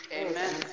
Amen